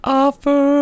offer